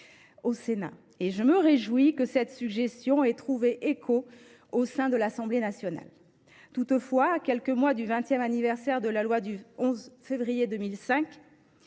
de loi. Je me réjouis que cette suggestion ait trouvé un écho favorable à l’Assemblée nationale. Toutefois, à quelques mois du vingtième anniversaire de la loi du 11 février 2005,